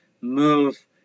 move